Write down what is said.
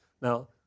Now